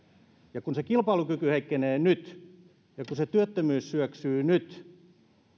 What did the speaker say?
se kilpailukyky heikkenee nyt ja se työttömyys syöksyy nyt